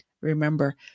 remember